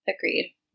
agreed